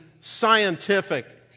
scientific